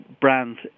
brands